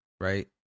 Right